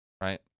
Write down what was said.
right